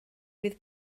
fydd